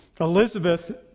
Elizabeth